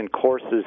courses